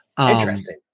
interesting